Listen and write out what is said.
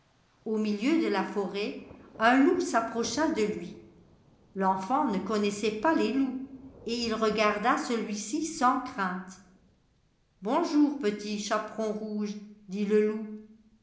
au milieu de la forêt un loup s'approcha de lui l'enfant ne connaissait pas les loups et il regarda celui-ci sans crainte t bonjour petit chaperon rouge dit le loup